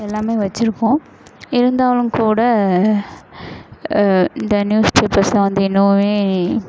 எல்லாமே வச்சுருக்கோம் இருந்தாலும் கூட இந்த நியூஸ் பேப்பர்ஸ்லாம் வந்து இன்னுமும்